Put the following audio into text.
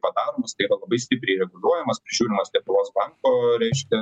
padaromas tai yra labai stipriai reguliuojamas prižiūrimas lietuivos banko reiškia